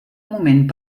moment